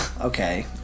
Okay